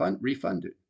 refunded